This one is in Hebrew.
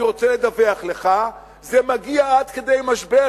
אני רוצה לדווח לך: זה מגיע עד כדי משבר.